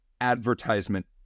advertisement